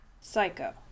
psycho